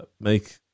make